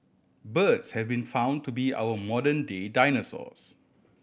birds have been found to be our modern day dinosaurs